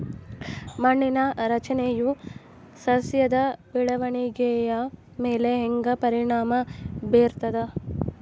ಮಣ್ಣಿನ ರಚನೆಯು ಸಸ್ಯದ ಬೆಳವಣಿಗೆಯ ಮೇಲೆ ಹೆಂಗ ಪರಿಣಾಮ ಬೇರ್ತದ?